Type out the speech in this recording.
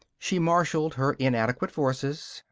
she marshaled her inadequate forces,